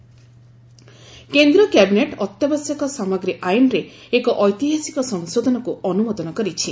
cabinet କେନ୍ଦ୍ର cabinet ଅତ୍ୟାବଶ୍ୟକ ସାମଗ୍ରୀ ଆଇନ୍ରେ ଏକ ଐତିହାସିକ ସଂଶୋଧନକୁ ଅନୁମୋଦନ କରିଛି